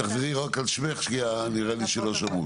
תחזרי רק על שמך, כי נראה לי שלא שמעו.